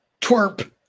twerp